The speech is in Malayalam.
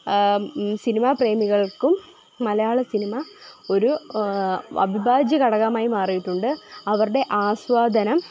സിനിമ പ്രേമികൾക്കും മലയാള സിനിമ ഒരു അവിഭാജ്യഘടകമായി മാറിയിട്ടുണ്ട് ആവരുടെ ആസ്വാദനം